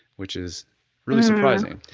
which is really surprising.